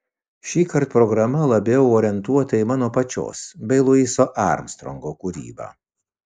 šįkart programa labiau orientuota į mano pačios bei luiso armstrongo kūrybą